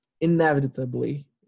inevitably